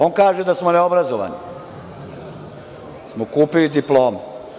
On kaže da smo neobrazovani, da smo kupili diplome.